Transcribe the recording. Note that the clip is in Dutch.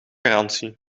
garantie